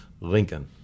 Lincoln